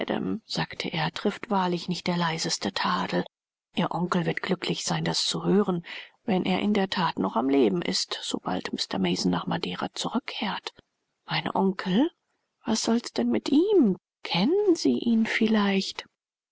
sagte er trifft wahrlich nicht der leiseste tadel ihr onkel wird glücklich sein das zu hören wenn er in der that noch am leben ist sobald mr mason nach madeira zurückkehrt mein onkel was soll's denn mit ihm kennen sie ihn vielleicht